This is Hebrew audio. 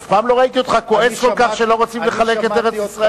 אף פעם לא ראיתי אותך כועס כל כך שלא רוצים לחלק את ארץ-ישראל.